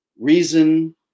reason